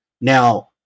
Now